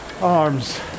arms